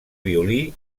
violí